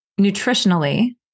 Nutritionally